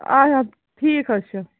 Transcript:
اَچھا ٹھیٖک حظ چھُ